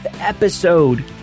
episode